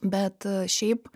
bet šiaip